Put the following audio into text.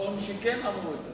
ביטחון שכן אמרו.